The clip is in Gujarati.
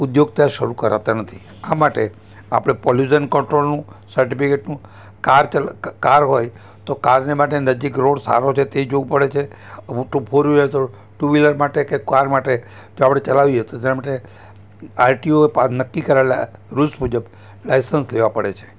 ઉદ્યોગ ત્યાં શરૂ કરાતા નથી આ માટે આપણે પોલ્યુસન કંટ્રોલનું સર્ટિફિકેટનું કાર કાર હોય તો કારને માટે નજીક રોળ સારો છે તે જોવું પડે છે હું તો ફોર વિલર ચલાવું તો ટુ વિલર માટે કે કાર માટે જો આપણે ચલાવીએ તો તેના માટે આરટીઓ પાસે નક્કી કરેલા રૂલ્સ મુજબ લાઇસન્સ લેવા પડે છે